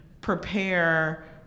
prepare